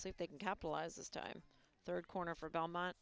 see if they can capitalize this time third corner for belmont